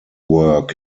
work